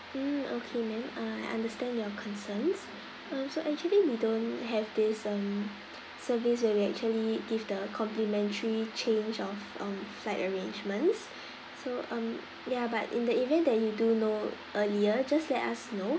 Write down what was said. mm okay ma'am uh I understand your concerns uh so actually we don't have this um service where we actually give the complimentary change of um flight arrangements so um ya but in the event that you do know earlier just let us know